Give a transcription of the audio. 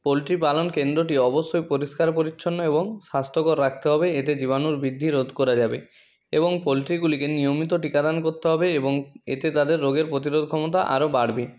poultry পালন কেন্দ্রটি অবশ্যই পরিষ্কার পরিচ্ছন্ন এবং স্বাস্থ্যকর রাখতে হবে এতে জীবাণুর বৃদ্ধি রোধ করা যাবে এবং পোলট্রিগুলিকে নিয়মিত টিকা দান করতে হবে এবং এতে তাদের রোগের প্রতিরোধ ক্ষমতা আরও বাড়বে